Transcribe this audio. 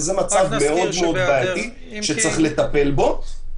וזה מצב מאוד מאוד בעייתי שצריך לטפל בו.